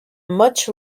much